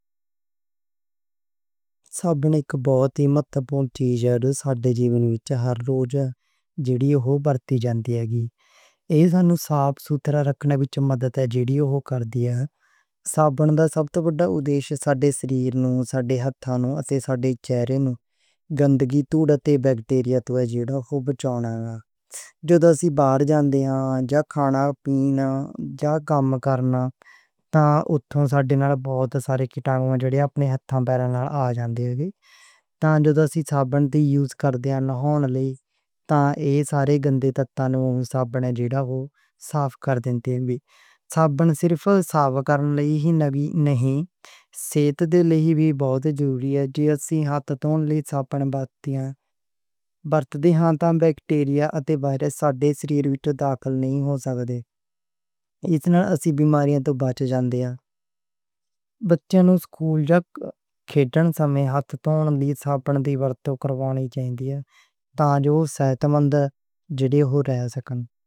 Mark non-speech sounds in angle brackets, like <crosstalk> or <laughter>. صابن اک بہت اہم چیز ہے جو ساڈے جیون وچ ہر روز برتی جاندا ہے۔ ایہ ساڈے نوں صاف ستھرا رکھنے وچ مدد کردا ہے۔ صابن دا سب توں وڈا مقصد ساڈے شریر نوں، ساڈے ہتھاں نوں اتے ساڈے چہرے نوں گندگی تے بیکٹیریا توں بچاؤنا ہے۔ <noise> جدوں اسی باہر جاندے ہاں یا کھانا پینا یا کم کرنا تے اتھوں ساڈے نال بہت سارے جراثیم آپنیاں ہتھاں دے ذریعے نال آ جاندے ہن۔ <noise> صابن صرف صحت لئی ہی نہیں، جے اسی ہتھ دھون لئی صابن وارتے ہاں تاں ایہ بہت ضروری ہے۔ باہر توں ہتھاں اُتے بیکٹیریا اتے ہور چیزاں ساڈے شریر وچ داخل نہیں ہو سکدیاں۔ ایہ ساڈے نوں بیماریوں توں بچاؤندا ہے۔ بچیاں نوں سکول کھیڈن سمیت ہتھ دھون لئی صابن دی ورتوں کروانی چاہیدی ہے۔ تاں جو صحت مند رہ سکدے ہن۔